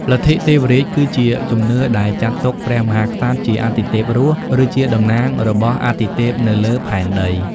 លទ្ធិទេវរាជគឺជាជំនឿដែលចាត់ទុកព្រះមហាក្សត្រជាអាទិទេពរស់ ឬជាតំណាងរបស់អាទិទេពនៅលើផែនដី។